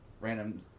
random